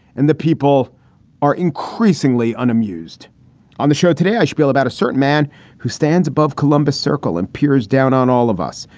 and the people are increasingly unamused on the show today. i spiel about a certain man who stands above columbus circle and peers down on all of us.